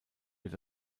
wird